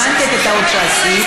הבנתי את הטעות שעשית,